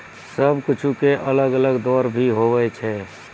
सब कुछु के अलग अलग दरो भी होवै छै